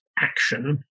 action